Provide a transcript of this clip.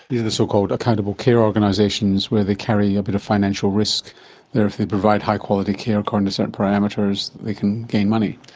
these are the so-called accountable care organisations where they carry a bit of financial risk, that if they provide high quality care according to certain parameters they can gain money.